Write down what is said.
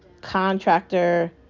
contractor